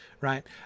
right